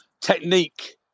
technique